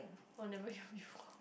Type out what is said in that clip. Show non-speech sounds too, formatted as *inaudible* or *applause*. [wah] I never hear before *laughs*